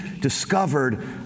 discovered